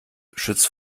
schützt